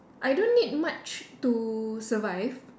I don't need much to survive